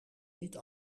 niet